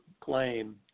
claim